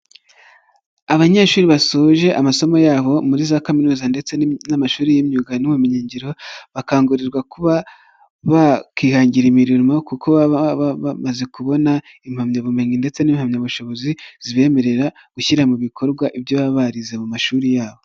Abanyeshuri basoje amasomo yabo muri za kaminuza ndetse n'amashuri y'imyuga n'ubumenyingiro, bakangurirwa kuba bakihangira imirimo kuko baba bamaze kubona impamyabumenyi ndetse n'impamyabushobozi zibemerera gushyira mu bikorwa ibyo baba barize mu mashuri yabo.